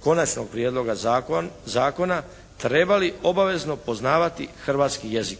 konačnog prijedloga zakona, trebali obavezno poznavati hrvatski jezik.